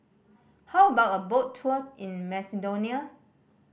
how about a boat tour in Macedonia